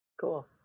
Cool